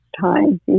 time